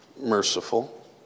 Merciful